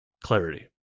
clarity